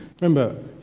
Remember